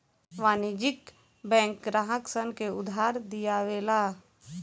वाणिज्यिक बैंक ग्राहक सन के उधार दियावे ला